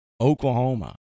Oklahoma